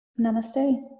Namaste